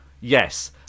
Yes